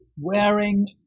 wearing